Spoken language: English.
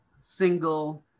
single